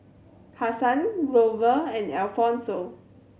Hassan Glover and Alfonso